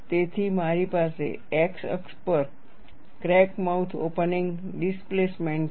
તેથી મારી પાસે x અક્ષ પર ક્રેક માઉથ ઓપનિંગ ડિસ્પ્લેસમેન્ટ છે